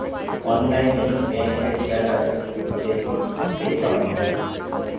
অনলাইনে ব্যাঙ্কের status check করা যায়